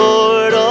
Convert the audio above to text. Lord